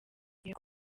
gihe